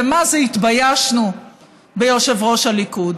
ומה זה התביישנו ביושב-ראש הליכוד.